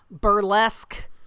burlesque